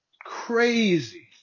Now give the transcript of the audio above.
Crazy